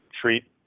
treat